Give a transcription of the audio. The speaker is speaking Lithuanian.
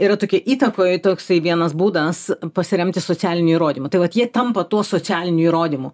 yra tokie įtakoj toksai vienas būdas pasiremti socialiniu įrodymu tai vat jie tampa tuo socialiniu įrodymu